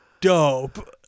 dope